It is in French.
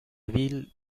ville